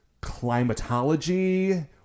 climatology